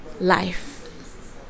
life